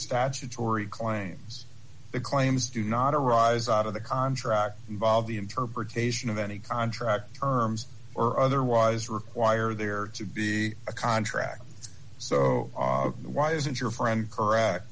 statutory claims it claims do not arise out of the contract involve the interpretation of any contract terms or otherwise require there to be a contract so why isn't your friend correct